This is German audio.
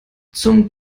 zum